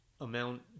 amount